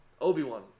Obi-Wan